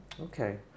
okay